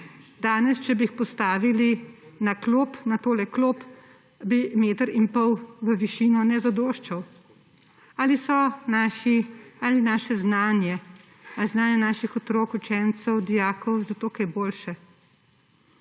Danes, če bi jih postavili na tole klop, bi meter in pol v višino ne zadoščal. Ali je naše znanje ali znanje naših otrok, učencev, dijakov zato kaj boljše?